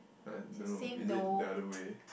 I don't know is it the other way